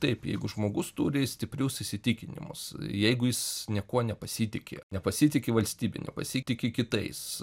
taip jeigu žmogus turi stiprius įsitikinimus jeigu jis niekuo nepasitiki nepasitiki valstybe nepasitiki kitais